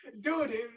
Dude